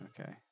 Okay